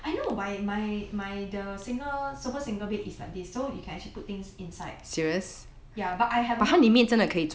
I know my my my the single super single bed is like this so you can actually put things inside ya but I have not